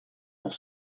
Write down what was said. pour